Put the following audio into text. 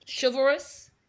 chivalrous